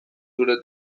zure